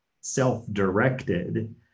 self-directed